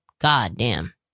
goddamn